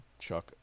chuck